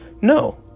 No